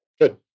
Good